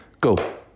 go